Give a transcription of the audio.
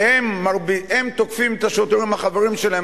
והם תוקפים את השוטרים החברים שלהם